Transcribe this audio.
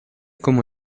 como